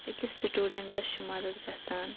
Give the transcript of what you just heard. أکِس سٕٹوٗڈٮ۪نٛٹَس چھِ مدتھ گژھان